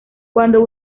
cuando